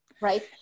Right